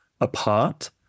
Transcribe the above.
apart